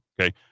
okay